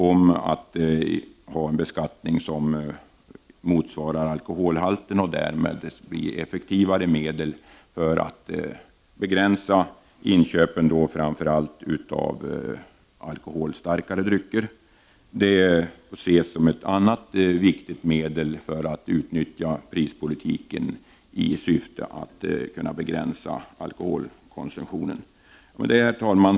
Dessa krav gäller att man skall ha en beskattning som motsvarar alkoholhalten och därmed blir ett effektivare medel för att begränsa inköp av framför allt alkoholstarkare drycker. Det är ett annat viktigt sätt att utnyttja prispolitiken i syfte att begränsa alkoholkonsumtionen. Herr talman!